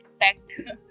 expect